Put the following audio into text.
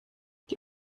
die